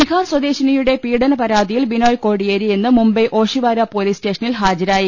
ബിഹാർ സ്വദേശിനിയുടെ പീഡനപരാതിയിൽ ബിനോയ് കോടിയേരി ഇന്ന് മുംബൈ ഓഷിവാര പൊലീസ് സ്റ്റേഷനിൽ ഹാജരായി